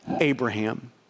Abraham